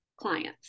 clients